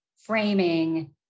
framing